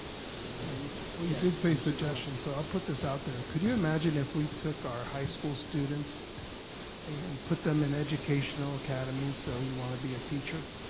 i don't see, yes? well you did say suggestions so i'll put this out there, could you imagine if we took our high school students and put them in educational academies so you wanna be a teacher,